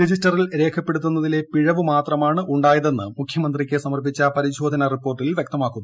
രജിസ്റ്ററിൽ രേഖപ്പെടുത്തുന്നതിലെ പിഴവ് മാത്രമാണ് ഉണ്ടായതെന്ന് മുഖ്യമന്ത്രിക്ക് സ്മർപ്പിച്ച പരിശോധനാ റിപ്പോർട്ടിൽ വ്യക്തമാക്കുന്നു